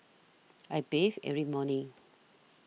I bathe every morning